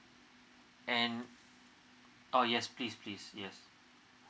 and oh yes please please yes